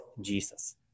Jesus